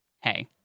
Hey